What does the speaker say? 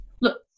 look